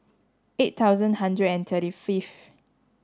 eight thousand hundred and thirty fifth